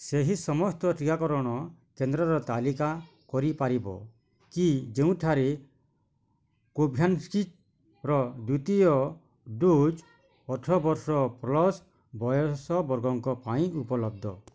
ସେହି ସମସ୍ତ ଟିକାକରଣ କେନ୍ଦ୍ରର ତାଲିକା କରିପାରିବ କି ଯେଉଁଠାରେ କୋଭ୍ୟାନକ୍ସିର ଦ୍ୱତୀୟ ଡ଼ୋଜ୍ ଅଠର ବର୍ଷ ପ୍ଲସ୍ ବୟସ ବର୍ଗଙ୍କ ପାଇଁ ଉପଲବ୍ଧ